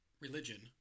religion